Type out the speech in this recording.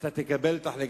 אתה תקבל את החלק,